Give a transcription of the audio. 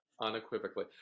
unequivocally